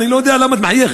אני לא יודע למה את מחייכת,